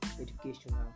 educational